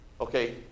Okay